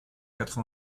quatre